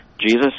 Jesus